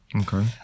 okay